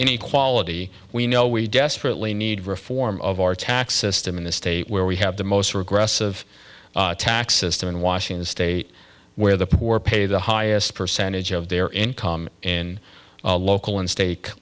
inequality we know we desperately need reform of our tax system in this state where we have the most regressive tax system in washington state where the poor pay the highest percentage of their income in local and stak